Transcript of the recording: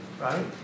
Right